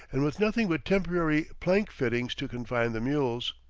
and with nothing but temporary plank fittings to confine the mules.